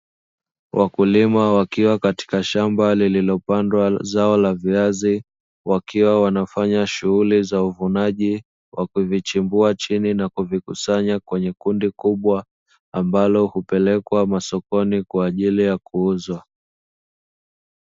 Wakulima wakiwa katika shamba lililopandwa zao la viazi wakiwa wanafanya shughuli za uvunaji wakivichimbua chini na kuvikusanya kwenye kundi kubwa ambalo hupelekwa masokoni kwa ajili ya kuuzwa.